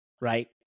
right